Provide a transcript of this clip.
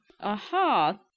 Aha